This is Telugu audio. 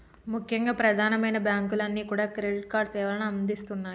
ముఖ్యంగా ప్రధానమైన బ్యాంకులన్నీ కూడా క్రెడిట్ కార్డు సేవలను అందిస్తున్నాయి